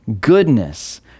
goodness